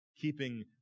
keeping